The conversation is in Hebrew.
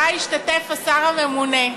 שהשתתף בו השר הממונה,